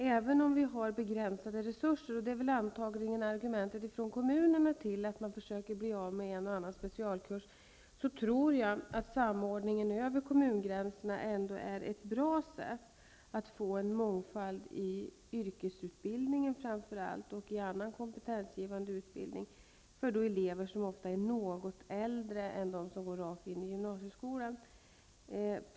Även om vi har begränsade resurser -- och det är väl antagligen argumentet från kommunerna för att bli av med en och annan specialkurs -- tror jag ändå att samordningen över kommungränserna är ett bra sätt att få en mångfald i framför allt yrkesutbildningen och i annan kompetensgivande utbildning för de elever som är något äldre än dem som går rakt in i gymnasieskolan.